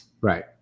Right